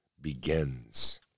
begins